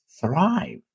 thrive